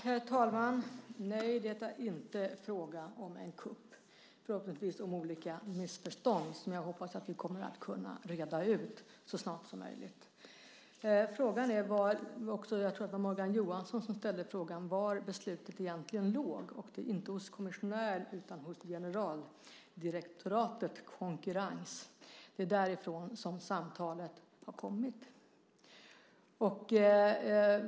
Herr talman! Nej, det är inte fråga om en kupp, förhoppningsvis är det fråga om olika missförstånd som jag hoppas att vi kommer att kunna reda ut så snart som möjligt. Frågan är också, jag tror att det var Morgan Johansson som ställde frågan, var beslutet egentligen låg. Det är inte hos kommissionären utan hos generaldirektoratet Konkurrens. Det är därifrån som samtalet har kommit.